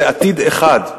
זה עתיד אחד.